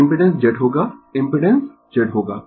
तो impedance Z होगा impedance Z होगा